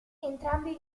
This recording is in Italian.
entrambi